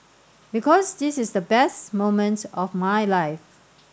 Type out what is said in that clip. because this is the best moment of my life